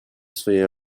своєї